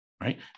right